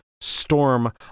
storm